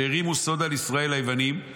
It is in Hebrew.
שהערימו סוד על ישראל" היוונים.